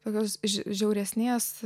tokios žiau žiauresnės